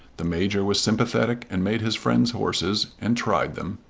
the major was sympathetic and made his friend's horses, and tried them,